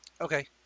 Okay